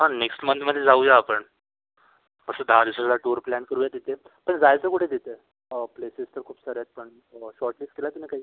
हां नेक्स्ट मंथमध्ये जाऊया आपण मस्त दहा दिवसाचा टूर प्लॅन करूया तिथे पण जायचं कुठे तिथे प्लेसेस तर खुप साऱ्या आहेत पण सॉर्ट लिस्ट केल्या तुम्ही काही